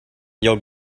your